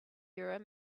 urim